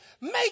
make